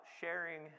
sharing